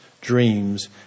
dreams